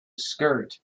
skirt